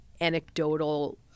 anecdotal